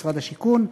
משרד השיכון,